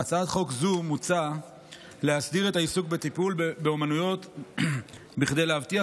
בהצעת חוק זו מוצע להסדיר את העיסוק בטיפול באומנויות כדי להבטיח